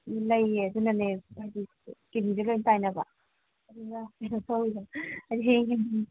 ꯎꯝ ꯂꯩꯌꯦ ꯑꯗꯨꯅꯅꯦ ꯍꯥꯏꯗꯤ ꯂꯣꯏ ꯇꯥꯏꯅꯕ ꯑꯗꯨꯅ ꯀꯩꯅꯣ ꯇꯧꯏꯗꯅ